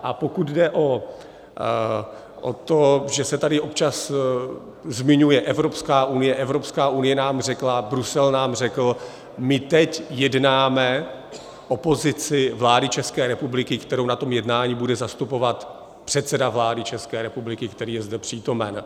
A pokud jde o to, že se tady občas zmiňuje Evropská unie, Evropská unie nám řekla, Brusel nám řekl my teď jednáme o pozici vlády České republiky, kterou na tom jednání bude zastupovat předseda vlády České republiky, který je zde přítomen.